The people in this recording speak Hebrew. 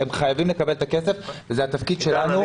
הם חייבים לקבל את הכסף וזה התפקיד שלנו.